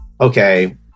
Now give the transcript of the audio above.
okay